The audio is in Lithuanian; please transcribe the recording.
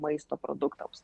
maisto produktams